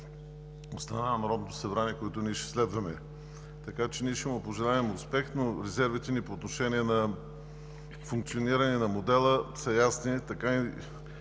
страна на Народното събрание, които ние ще следваме. Така че ние ще му пожелаем успех, но резервите ни по отношения на функциониране на модела са ясни. Така и